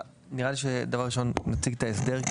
נראה לי שקודם כל נציג את ההסדר,